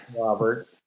Robert